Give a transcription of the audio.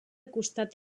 costat